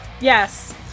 Yes